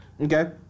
Okay